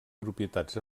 propietats